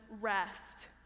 rest